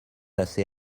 assez